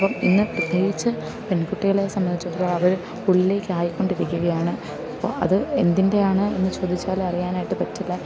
അപ്പം ഇന്ന് പ്രത്യേകിച്ച് പെൺകുട്ടികളെ സംബന്ധിച്ചിടത്തോളം അവർ ഉള്ളിലേക്കായിക്കൊണ്ടിരിക്കുകയാണ് അപ്പം അത് എന്തിൻ്റെയാണ് എന്നു ചോദിച്ചാൽ അറിയാനായിട്ട് പറ്റില്ല